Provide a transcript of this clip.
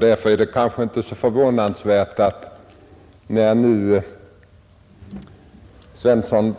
Därför är det inte så förvånande att herr Svenssons